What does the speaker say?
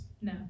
No